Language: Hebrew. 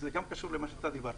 לומר לנו מה נעשה ומה שלא נעשה.